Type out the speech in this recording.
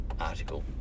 article